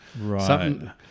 Right